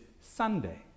Sunday